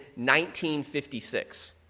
1956